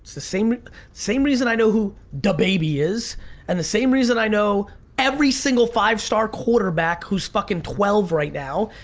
the same same reason i know who dababy is and the same reason i know every single five star quarterback who's fucking twelve right now.